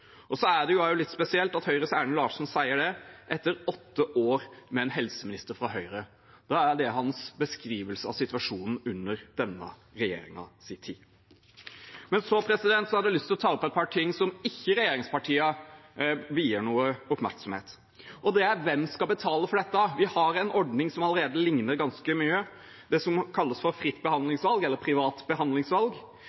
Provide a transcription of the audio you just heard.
Det er litt spesielt at Høyres Erlend Larsen sier det etter åtte år med en helseminister fra Høyre. Da er det hans beskrivelse av situasjonen under denne regjeringens tid. Jeg har lyst til å ta opp et par ting som ikke regjeringspartiene vier noe oppmerksomhet: Hvem skal betale for dette? Vi har en ordning som allerede likner ganske mye: det som kalles fritt behandlingsvalg, eller privat behandlingsvalg. Der ser vi at utgiftene for